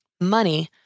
Money